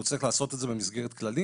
הוא צריך לעשות את זה במסגרת כללים